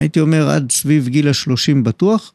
הייתי אומר עד סביב גיל השלושים בטוח.